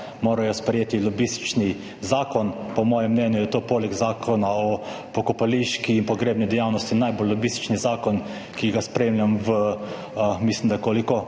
morajo sprejeti lobistični zakon. Po mojem mnenju je to poleg Zakona o pogrebni in pokopališki dejavnosti najbolj lobističen zakon, ki ga spremljam, mislim, da v